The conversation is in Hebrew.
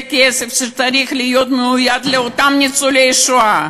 זה כסף שצריך להיות מיועד לאותם ניצולי השואה,